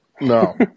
No